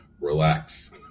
Relax